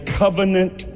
covenant